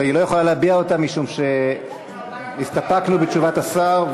אבל היא לא יכולה להביע אותה משום שהסתפקנו בתשובת השר,